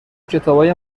کتابای